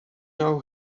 now